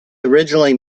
originally